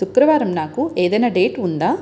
శుక్రవారం నాకు ఏదైనా డేట్ ఉందా